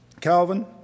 Calvin